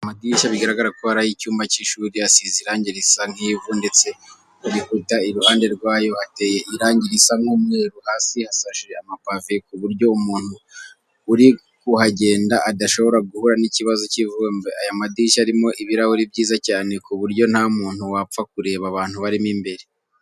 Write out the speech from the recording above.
Amadirishya bigaragara ko ari ay'icyumba cy'ishuri asize irangi risa nk'ivu ndetse ku bikuta iruhande rwayo hateye irangi risa nk'umweru, hasi hasashe amapave ku buryo umuntu uri kuhagenda adashobora guhura n'ikibazo cy'ivumbi. Aya madirishya arimo ibirahuri byiza cyane ku buryo nta muntu wapfa kureba abantu barimo imbere.